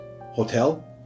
hotel